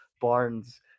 barnes